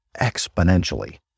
exponentially